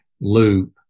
loop